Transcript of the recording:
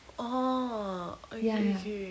orh ookay okay